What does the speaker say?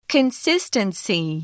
Consistency